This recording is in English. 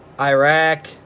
Iraq